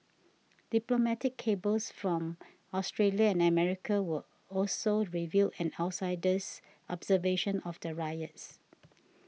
diplomatic cables from Australia and America were also revealed an outsider's observation of the riots